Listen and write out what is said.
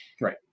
Right